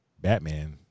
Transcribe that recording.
Batman